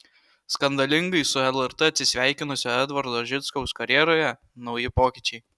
skandalingai su lrt atsisveikinusio edvardo žičkaus karjeroje nauji pokyčiai